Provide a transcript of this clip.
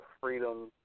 freedom